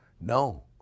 no